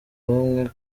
bamwe